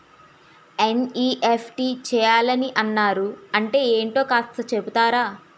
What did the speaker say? NEFT చేయాలని అన్నారు అంటే ఏంటో కాస్త చెపుతారా?